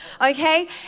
Okay